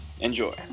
Enjoy